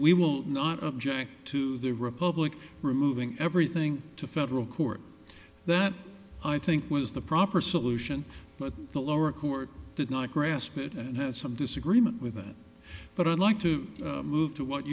we will not object to the republic removing everything to federal court that i think was the proper solution but the lower court did not grasp it and have some disagreement with it but i'd like to move to what